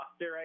right